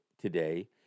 today